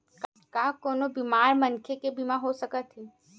का कोनो बीमार मनखे के बीमा हो सकत हे?